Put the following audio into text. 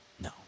No